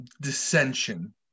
dissension